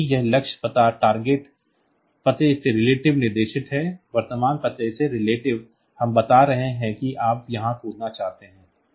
क्योंकि ये लक्ष्य पता वर्तमान पते के रिलेटिव निर्दिष्ट है वर्तमान पते के रिलेटिव हम बता रहे हैं कि आप कहां कूदना चाहते हैं